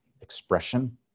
expression